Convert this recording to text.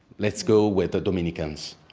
let's go with the dominicans.